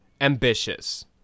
ambitious